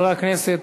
חבר הכנסת